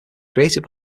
created